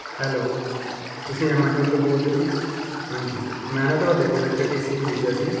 hello ਤੁਸੀਂ Amazon ਤੋਂ ਬੋਲਦੇ ਜੀ ਹਾਂਜੀ ਮੈਂ ਨਾ ਤੁਹਾਡੇ ਕੋਲੋਂ ਇੱਕ ਏ ਸੀ ਖਰੀਦਿਆ ਸੀ